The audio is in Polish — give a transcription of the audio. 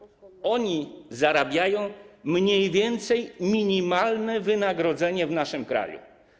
Oni dostają mniej więcej minimalne wynagrodzenie w naszym kraju.